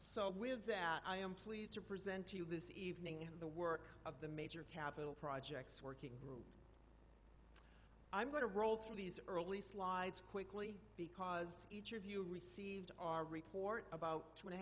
so with that i am pleased to present to you this evening in the work of the major capital projects where i'm going to roll through these early slides quickly because each of you received our report about two and a